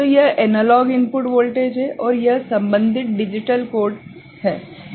तो यह analogue input voltage है और यह संबन्धित डिजिटल कोड ठीक है